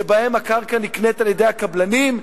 שבהם הקרקע נקנית על-ידי הקבלנים,